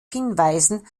hinweisen